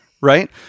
Right